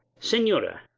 senora,